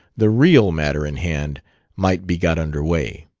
the real matter in hand might be got under way.